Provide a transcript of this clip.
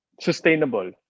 sustainable